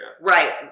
Right